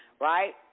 right